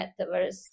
metaverse